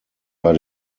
bei